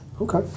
Okay